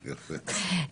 יפה.